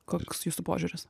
koks jūsų požiūris